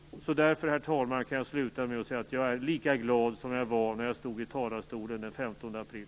Därför, herr talman, kan jag sluta med att säga att jag är lika glad som jag var när jag stod i talarstolen den 15 april.